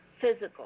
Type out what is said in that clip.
physical